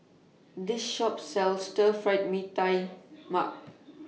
This Shop sells Stir Fried Mee Tai Mak